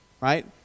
right